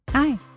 Hi